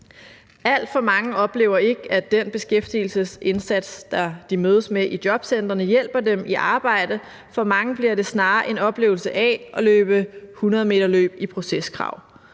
Alt for mange oplever ikke, at den beskæftigelsesindsats, de mødes med i jobcentrene, hjælper dem i arbejde – for mange bliver det snarere en oplevelse af at løbe 100-meterløb i proceskrav.